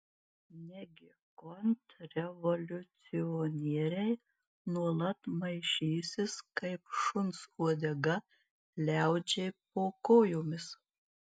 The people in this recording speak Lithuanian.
negi kontrrevoliucionieriai nuolat maišysis kaip šuns uodega liaudžiai po kojomis